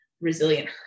resilient